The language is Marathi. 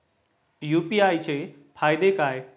यु.पी.आय चे फायदे काय?